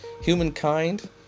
Humankind